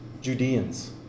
Judeans